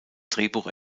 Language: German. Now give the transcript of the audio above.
drehbuch